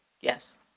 Yes